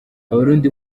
abarundi